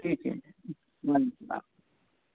ٹھیک ہے وعلیکم السلام